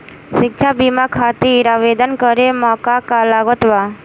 शिक्षा बीमा खातिर आवेदन करे म का का लागत बा?